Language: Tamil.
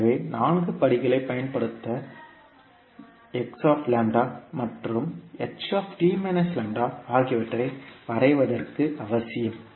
எனவே நான்கு படிகளைப் பயன்படுத்த மற்றும் ஆகியவற்றை வரைவதற்கு அவசியம்